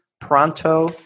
Pronto